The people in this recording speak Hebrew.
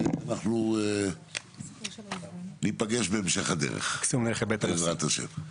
אנחנו ניפגש בהמשך הדרך בעזרת השם.